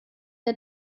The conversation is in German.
der